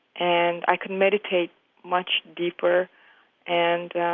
and i could meditate much deeper and